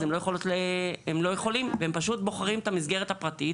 אז הן לא יכולות והן פשוט בוחרות את המסגרת הפרטית